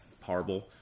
horrible